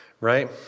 Right